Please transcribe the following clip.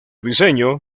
diseño